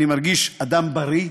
אני מרגיש אדם בריא,